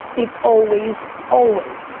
it always, always,